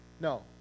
No